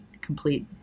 complete